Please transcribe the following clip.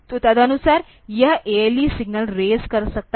तो तदनुसार यह ALE सिग्नल रेज कर सकता है